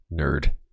nerd